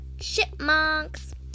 chipmunks